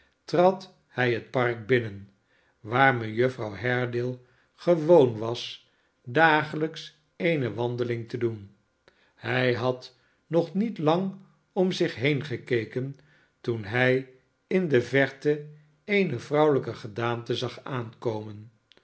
trad hij het park binnen waar mejuffer haredale gewoon was dagelijks eene wandeling te doen hij had nog niet lang om zich heen gekeken toen hij in de verte eene vrouwelijke gedaante zag aankomen